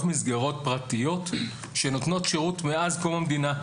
מסגרות פרטיות שנותנות שירות מאז קום המדינה.